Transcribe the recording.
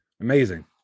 amazing